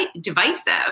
divisive